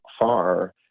far